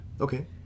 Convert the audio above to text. Okay